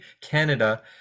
Canada